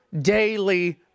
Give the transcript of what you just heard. daily